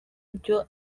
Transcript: ibyo